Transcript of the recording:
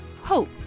hope